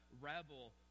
rebel